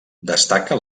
destaca